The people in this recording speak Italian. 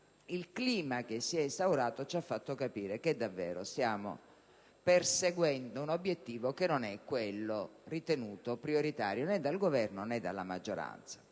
il clima che si è instaurato ci ha fatto capire che davvero stiamo perseguendo un obiettivo che non è ritenuto prioritario né dal Governo né dalla maggioranza.